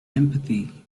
empathy